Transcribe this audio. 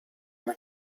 man